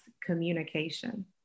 communication